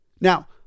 Now